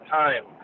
time